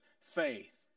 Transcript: faith